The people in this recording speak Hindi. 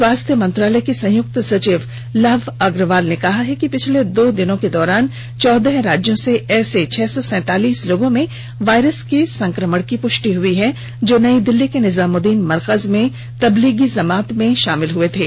स्वास्थ्य मंत्रालय के संयुक्त सचिव लव अग्रवाल ने कहा है कि पिछले दो दिन के दौरान चौदह राज्यों से ऐसे छह सौ सैंतालीस लोगों में वायरस के संक्रमण की प्रष्टि हुई है जो नई दिल्ली के निजामुद्दीन मरकज में तबलीगी जमात में शामिल हुए थे